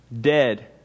dead